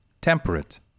temperate